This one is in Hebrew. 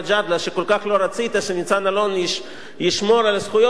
שכל כך לא רצית שניצן אלון ישמור על הזכויות שלהם,